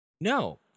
no